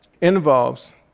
involves